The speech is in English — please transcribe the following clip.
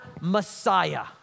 Messiah